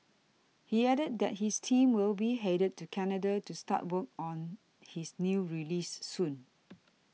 he added that his team will be headed to Canada to start work on his new release soon